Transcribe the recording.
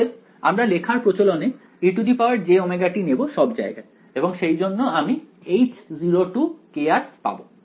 অতএব আমরা লেখার প্রচলনে ejωt নেবো সব জায়গায় এবং সেইজন্য আমি H0 পাব